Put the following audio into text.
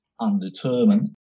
undetermined